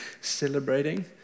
celebrating